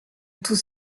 tout